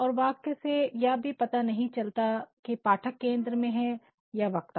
और वाक्य से यह भी नहीं पता लगता है कि पाठक केंद्र में है या वक्ता